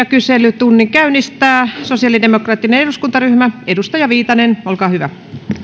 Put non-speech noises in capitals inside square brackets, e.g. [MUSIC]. [UNINTELLIGIBLE] kyselytunnin käynnistää sosiaalidemokraattinen eduskuntaryhmä edustaja viitanen olkaa hyvä